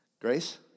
Grace